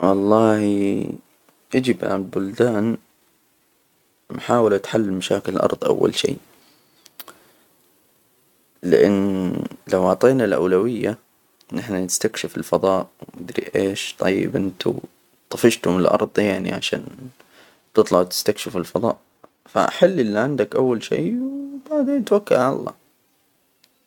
والله يجب على البلدان محاولة حل مشاكل الأرض، أول شي لأن لو عطينا الأولوية إن إحنا نستكشف الفضاء ومدري إيش، طيب إنتوا طفشتم الأرض يعني، عشان تطلعوا تستكشفوا الفضاء، فحل إللي عندك أول شي، وبعدين توكل على الله.